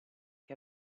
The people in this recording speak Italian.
che